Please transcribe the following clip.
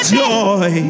joy